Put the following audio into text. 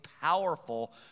powerful